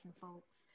folks